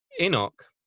Enoch